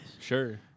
Sure